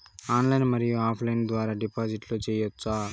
Online మరియు offline ద్వారా డిపాజిట్లు సేయొచ్చా?